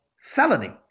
felony